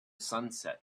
sunset